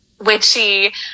witchy